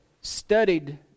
studied